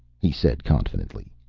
he said confidently.